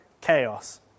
chaos